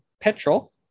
petrol